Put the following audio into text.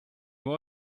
nur